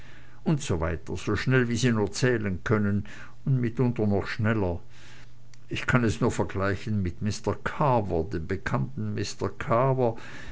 und so weiter so schnell wie sie nur zählen können und mitunter noch schneller ich kann es nur vergleichen mit mr carver dem bekannten mr carver